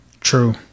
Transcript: true